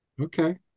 okay